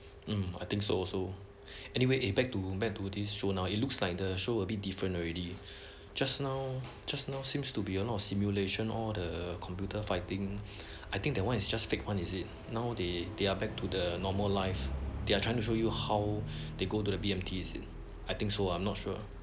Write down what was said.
um I think so also anyway eh back to back to these show now it looks like the show will be different already just now just now seems to be a lot of simulation all the computer fighting I think that one is just fake one is it now they are back to the normal life they are trying to show you how they go to the B_M_T is it I think so ah I'm not sure